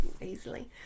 easily